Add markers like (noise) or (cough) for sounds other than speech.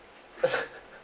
(laughs)